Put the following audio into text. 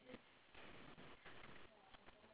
!oo! what scent is it cedar wood